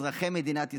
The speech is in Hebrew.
אזרחי מדינת ישראל,